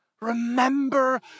Remember